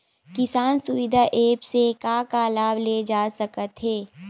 किसान सुविधा एप्प से का का लाभ ले जा सकत हे?